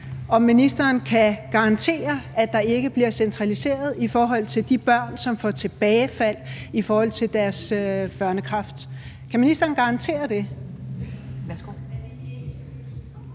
om ministeren kan garantere, at der ikke bliver centraliseret i forhold til de børn med kræft, som får tilbagefald. Kan ministeren garantere det?